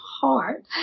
heart